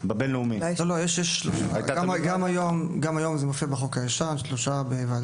גם היום, זה מופיע בחוק הישן, יש שלושה בוועדה.